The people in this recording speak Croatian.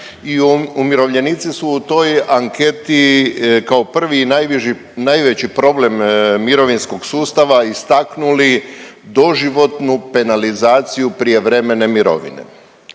i umirovljenici su u toj anketi kao prvi i najveći problem mirovinskog sustava istaknuli doživotnu penalizaciju prijevremene mirovine.